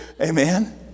amen